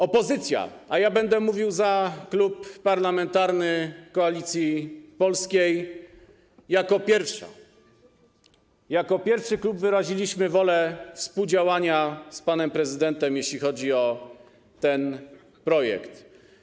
Opozycja, a ja będę mówił w imieniu Klubu Parlamentarnego Koalicja Polska, jako pierwsza, jako pierwszy klub wyraziliśmy wolę współdziałania z panem prezydentem, jeśli chodzi o ten projekt.